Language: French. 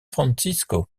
francisco